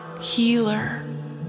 healer